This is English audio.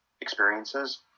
experiences